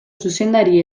zuzendari